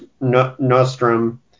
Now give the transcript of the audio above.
Nostrum